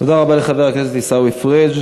תודה רבה לחבר הכנסת עיסאווי פריג'.